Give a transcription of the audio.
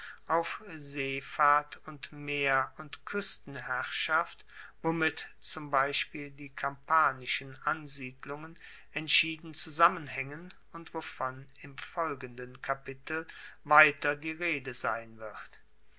auf seefahrt und meer und kuestenherrschaft womit zum beispiel die kampanischen ansiedelungen entschieden zusammenhaengen und wovon im folgenden kapitel weiter die rede sein wird